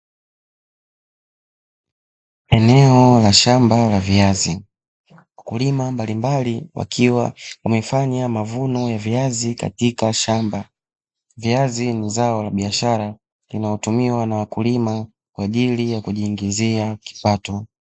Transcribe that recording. Eneo la shamba la viazi, wakulima mbalimbali wakiwa wamefanya mavuno ya viazi katika shamba. Viazi ni zao la biashara linalotumiwa na wakulima kwa ajili ya kujiingizia kipato.